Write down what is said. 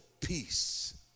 peace